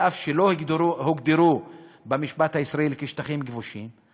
אף שלא הוגדרו במשפט הישראלי כשטחים כבושים,